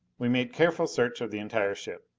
we made careful search of the entire ship.